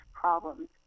problems